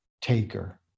taker